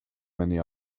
many